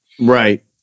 Right